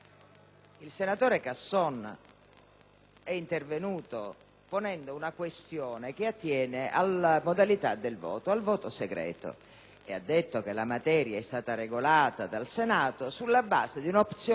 è intervenuto sollevando una questione che attiene alle modalità del voto, cioè al voto segreto, e ha detto che la materia è stata regolata dal Senato sulla base di una opzione scelta molti anni fa,